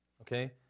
okay